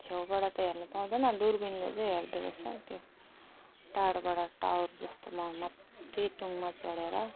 छेउबाट त हेर्नु पाउँदैन दुरबिनले चाहिँ हेर्दोरहेछ टाढोबाट टावर जस्तोमा माथि टुङमा चढेर